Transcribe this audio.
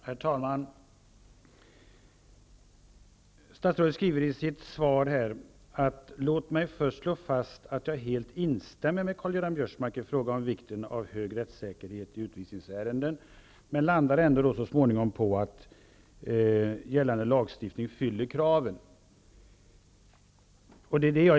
Herr talman! Statsrådet skriver i sitt svar: ''Låt mig först slå fast att jag helt instämmer med Karl-Göran Biörsmark i fråga om vikten av hög rättssäkerhet i utvisningsärenden.'' Men ändå landar statsrådet så småningom på att gällande lagstiftning fyller kraven. Jag ifrågasätter detta.